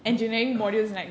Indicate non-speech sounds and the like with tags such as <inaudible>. no <breath>